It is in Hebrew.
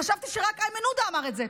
חשבתי שרק איימן עודה אמר את זה.